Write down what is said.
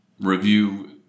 review